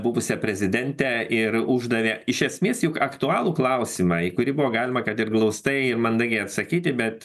buvusia prezidente ir uždavė iš esmės juk aktualų klausimą į kurį buvo galima kad ir glaustai ir mandagiai atsakyti bet